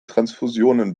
transfusionen